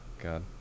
God